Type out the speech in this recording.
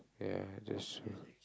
ya just